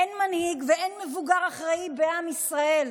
אין מנהיג ואין מבוגר אחראי בעם ישראל.